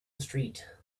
street